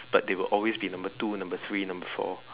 but they will always be number two number three number four